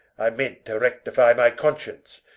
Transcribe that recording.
i meant to rectifie my conscience,